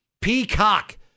Peacock